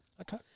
Okay